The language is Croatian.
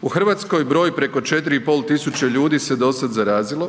U Hrvatskoj broj preko 4,5 tisuće ljudi se dosad zarazilo,